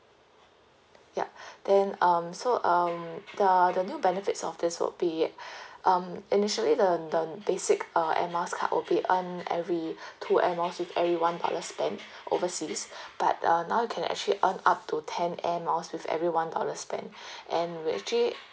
yup then um so um the the new benefits of this would be um initially the the basic uh air miles card will be earned every two air miles with every one dollar spent overseas but uh now you can actually earn up to ten air miles with every one dollar spent and you'll actually